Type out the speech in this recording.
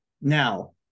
now